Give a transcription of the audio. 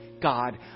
God